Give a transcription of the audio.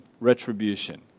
retribution